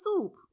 soup